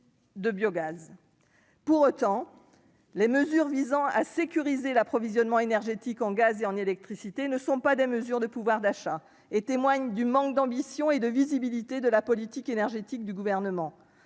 de biogaz. Pourtant, les mesures visant à sécuriser l'approvisionnement énergétique en gaz et en électricité ne ressortissent pas au pouvoir d'achat et témoignent du manque d'ambition et de visibilité de la politique énergétique du Gouvernement.